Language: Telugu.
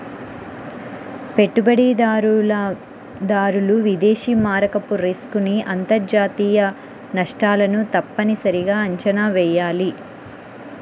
పెట్టుబడిదారులు విదేశీ మారకపు రిస్క్ ని అంతర్జాతీయ నష్టాలను తప్పనిసరిగా అంచనా వెయ్యాలి